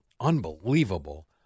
unbelievable